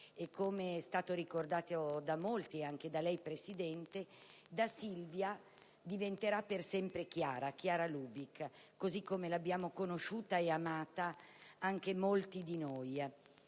e, com'è stato ricordato da molti e anche da lei, Presidente, da Silvia diventerà per sempre Chiara, Chiara Lubich, così come l'hanno conosciuta e amata anche molti di noi.